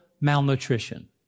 malnutrition